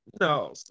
No